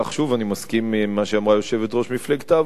אני מסכים עם מה שאמרה יושבת-ראש מפלגת העבודה,